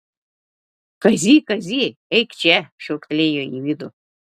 kazy kazy eik čia šūktelėjo į vidų